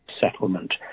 settlement